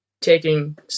taking